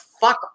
fuck